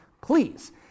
please